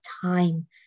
time